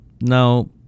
Now